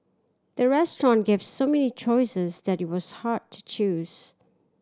the restaurant gave so many choices that it was hard to choose